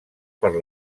per